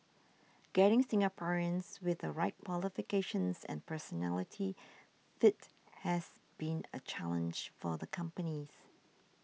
getting Singaporeans with the right qualifications and personality fit has been a challenge for the companies